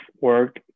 work